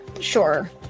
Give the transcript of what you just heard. Sure